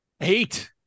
eight